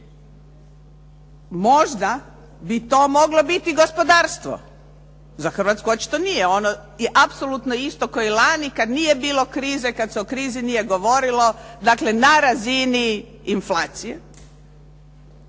Možda bi to moglo biti gospodarstvo. Za Hrvatsku očito nije. Ono je apsolutno isto kao i lani kad nije bilo krize, kad se o krizi nije govorilo dakle na razini inflacije.